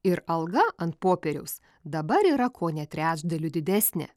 ir alga ant popieriaus dabar yra kone trečdaliu didesnė